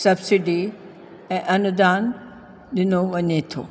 subsidy ऐं अनुदान ॾिनो वञे थो